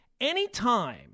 Anytime